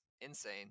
insane